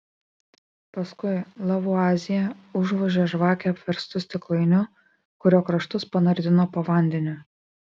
paskui lavuazjė užvožė žvakę apverstu stiklainiu kurio kraštus panardino po vandeniu